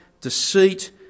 deceit